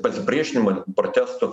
pasipriešinimo protestų